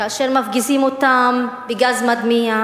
כאשר מפגיזים אותם בגז מדמיע,